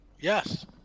Yes